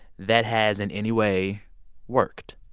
that has in any way worked?